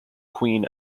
queen